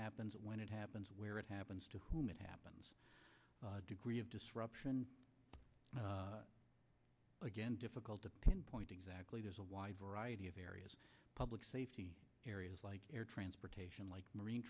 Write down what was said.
happens when it happens where it happens to whom it happens degree of disruption again difficult to pinpoint exactly there's a wide variety of areas public safety areas like air transportation like marine